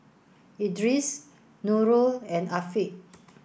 Idris Nurul and Afiq